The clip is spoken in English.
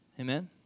Amen